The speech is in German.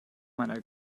meiner